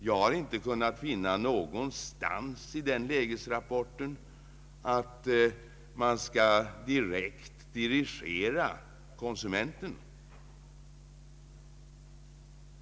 Jag har inte någonstans i lägesrapporten kunnat finna att man skall direkt dirigera konsumen terna.